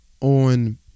on